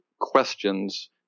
questions